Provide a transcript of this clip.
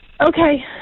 Okay